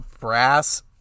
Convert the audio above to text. brass